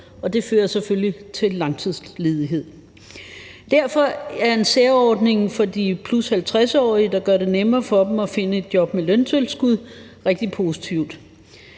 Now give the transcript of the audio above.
selvfølgelig til langtidsledighed. Derfor er en særordning for de 50+-årige, der gør det nemmere for dem at finde et job med løntilskud, rigtig positivt.